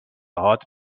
هات